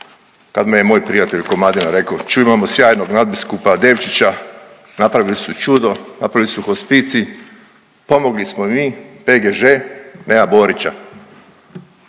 kad mi je moj prijatelj Komadina rekao čuj imamo sjajnog nadbiskupa Devčića, napravili su čudo, napravili su hospicij, pomogli smo i mi, PGŽ, nema Borića,